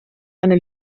eine